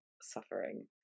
suffering